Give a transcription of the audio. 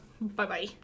Bye-bye